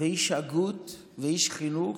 איש הגות ואיש חינוך,